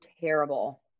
terrible